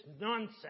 nonsense